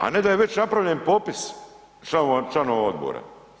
A ne da je već napravljen popis članova odbora.